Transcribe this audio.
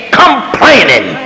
complaining